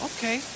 Okay